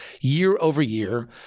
year-over-year